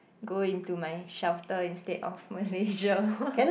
go into my shelter instead of Malaysia